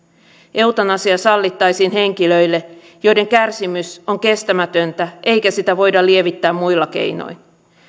eutanasia sallittaisiin henkilöille joiden kärsimys on kestämätöntä ja jota ei voida lievittää muilla keinoin